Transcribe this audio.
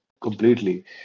completely